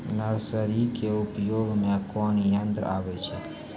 Nursery के उपयोग मे कोन यंत्र आबै छै?